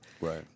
right